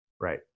Right